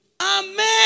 Amen